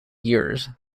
years